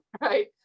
right